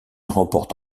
remporte